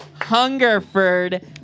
hungerford